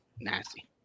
Nasty